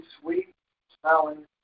sweet-smelling